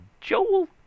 Joel